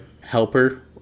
helper